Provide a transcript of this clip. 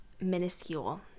minuscule